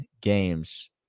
games